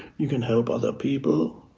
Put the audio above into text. you can help other people,